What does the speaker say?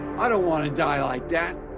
i don't want to die like that.